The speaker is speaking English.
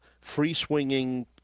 free-swinging